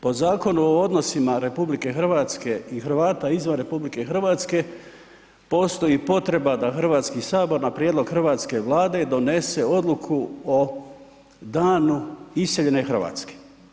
Po Zakonu o odnosima RH i Hrvata izvan RH postoji i potreba da Hrvatski sabor na prijedlog hrvatske Vlade donese odluku o danu iseljene Hrvatske.